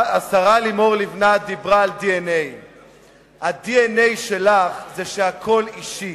השרה לימור לבנת דיברה על DNA. ה-DNA שלך זה שהכול אישי,